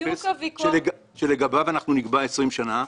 בדיוק הוויכוח --- שלגביו אנחנו נקבע 20 שנה,